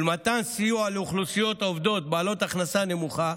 ולמתן סיוע לאוכלוסיות עובדות בעלות הכנסה נמוכה,